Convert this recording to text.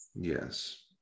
Yes